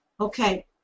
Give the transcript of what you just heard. Okay